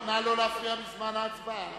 הצעת חוק לתיקון פקודת מס הכנסה (מס'